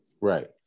Right